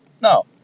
No